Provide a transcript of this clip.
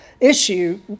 issue